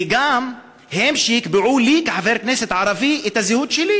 וגם, הם שיקבעו לי כחבר כנסת ערבי את הזהות שלי: